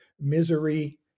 misery